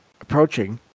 approaching